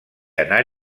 anar